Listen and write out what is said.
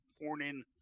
morning